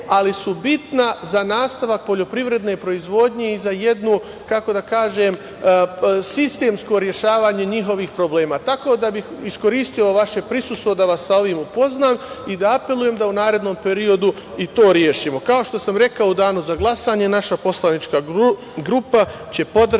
ali su bitna za nastavak poljoprivredne proizvodnje i za jedno, kako da kažem, sistemsko rešavanje njihovih problema. Tako da bih iskoristio vaše prisustvo da vas sa ovim upoznam i da apelujem da u narednom periodu i to rešimo. Kao što sam rekao, u danu za glasanje naša poslanička grupa će podržati